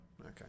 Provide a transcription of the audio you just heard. Okay